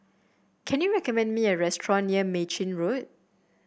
can you recommend me a restaurant near Mei Chin Road